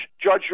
Judge